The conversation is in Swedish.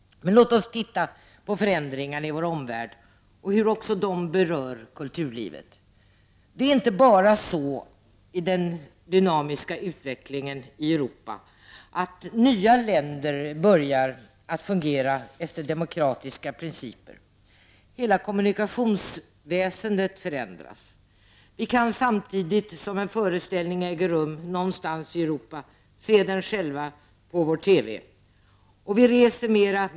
Låt oss titta på förändringarna i vår omvärld och hur också de berör kulturlivet. I den dynamiska utvecklingen i Europa är det inte bara så att nya länder börjar att fungera efter demokratiska principer, utan hela kommunikationsväsendet förändras. Vi kan samtidigt som en föreställning äger rum någonstans i Europa se den själva på vår TV. Vi reser mer.